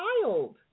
child